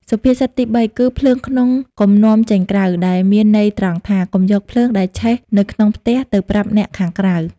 សុភាសិតទីបីគឺ ភ្លើងក្នុងកុំនាំចេញក្រៅ ដែលមានន័យត្រង់ថា កុំយកភ្លើងដែលឆេះនៅក្នុងផ្ទះ ទៅប្រាប់អ្នកខាងក្រៅ។